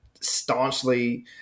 staunchly